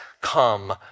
come